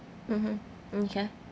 mmhmm mm okay